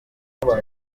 nyuma